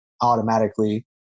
automatically